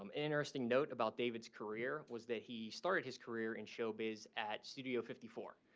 um interesting note about david's career was that he started his career in showbiz at studio fifty four,